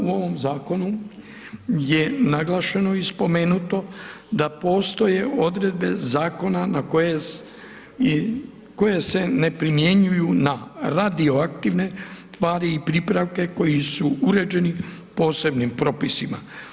No, u ovom Zakonu je naglašeno i spomenuto da postoje odredbe zakona na koje, koje se ne primjenjuju na radioaktivne tvari i pripravke koji su uređeni posebnim propisima.